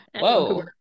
whoa